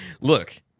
Look